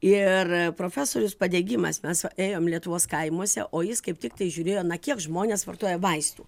ir profesorius padegimas mes ėjom lietuvos kaimuose o jis kaip tiktai žiūrėjo na kiek žmonės vartoja vaistų